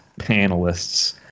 panelists